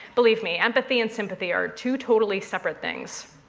believe me, empathy and sympathy are two totally separate things.